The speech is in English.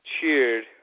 cheered